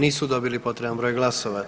Nisu dobili potreban broj glasova.